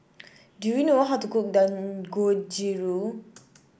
do you know how to cook Dangojiru